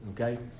okay